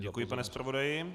Děkuji, pane zpravodaji.